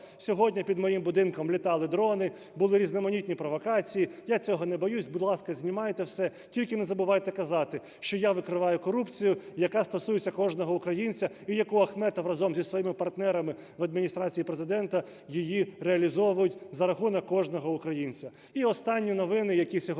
Сьогодні під моїм будинком літали дрони, були різноманітні провокації. Я цього не боюсь, будь ласка, знімайте все, тільки не забувайте казати, що я викриваю корупцію, яка стосується кожного українця і яку Ахметов разом зі своїми партнерами в Адміністрації Президента реалізовують за рахунок кожного українця. І останні новини, які сьогодні